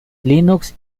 linux